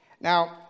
Now